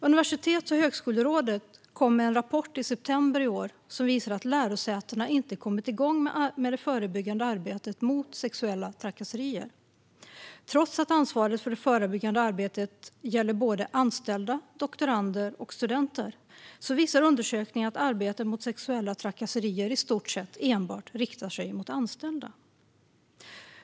Universitets och högskolerådet kom med en rapport i september i år som visar att lärosätena inte kommit igång med det förebyggande arbetet mot sexuella trakasserier. Trots att ansvaret för det förebyggande arbetet gäller anställda, doktorander och studenter visar undersökningen att arbetet mot sexuella trakasserier i stort sett enbart riktar sig till anställda.